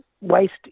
waste